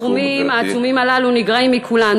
הסכומים העצומים הללו נגרעים מכולנו,